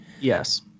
Yes